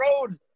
road